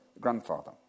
grandfather